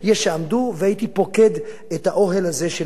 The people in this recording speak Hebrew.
הייתי פוקד את האוהל הזה של גלעד שליט